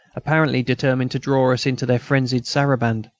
apparently determined to draw us into their frenzied saraband.